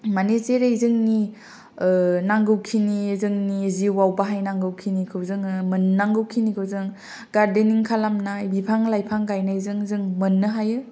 मानि जेरै जोंनि नांगौ खिनि जोंनि जिउआव बाहायनांगौ खिनिखौ जोङो मोननांगौ खिनिखौ जों गारदेनिं खालामनाय बिफां लाइफां गायनायजों जों मोननो हायो